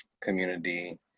community